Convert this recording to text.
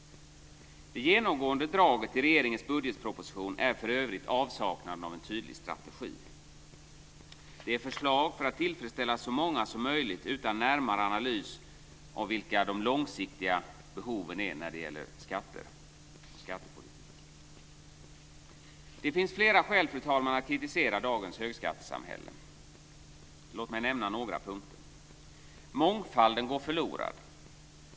Det genomgående draget i regeringens budgetproposition är för övrigt avsaknaden av en tydlig strategi. Det är förslag för att tillfredsställa så många som möjligt, utan närmare analys av vilka de långsiktiga behoven är när det gäller skatter och skattepolitik. Det finns flera skäl, fru talman, att kritisera dagens högskattesamhälle. Låt mig nämna några punkter. · Mångfalden går förlorad.